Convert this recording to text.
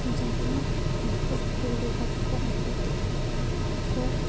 ᱡᱟᱦᱟᱸ ᱵᱷᱩᱨᱠᱟᱹᱜ ᱤᱯᱤᱞᱫᱚ ᱯᱟᱨᱠᱚᱢ ᱩᱱᱠᱚ ᱠᱚ